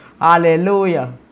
Hallelujah